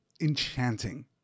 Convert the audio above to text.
enchanting